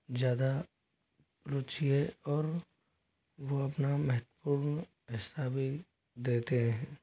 ज़्यादा रुचि है और वह अपना महत्वपूर्ण हिस्सा भी देते आए हैं